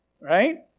right